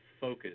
focus